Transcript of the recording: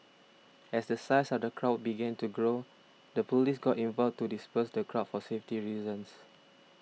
as the size of the crowd began to grow the police got involved to disperse the crowd for safety a reasons